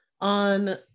on